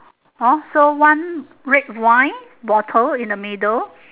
orh so one red wine bottle in the middle